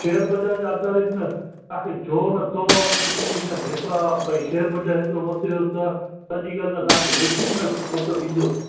share बज़ार जे आधारित न तव्हांखे जो न सो वारी पोलीसी न हेतिरा भाई शेयर बज़ार हेतिरो मथे वियो त असांजी ॻाल्हि न तव्हांखे लिखित में मतिलबु ईंदुव